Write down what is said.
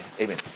Amen